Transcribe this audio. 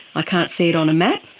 i can't see it on a map,